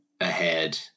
ahead